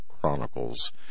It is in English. chronicles